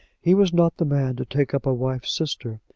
he was not the man to take up a wife's sister,